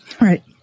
right